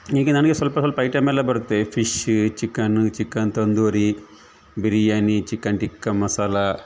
ಈಗ ನನಗೆ ಸ್ವಲ್ಪ ಸ್ವಲ್ಪ ಐಟಮ್ ಎಲ್ಲ ಬರುತ್ತೆ fish chicken chicken tandoori biryani chicken tikka masala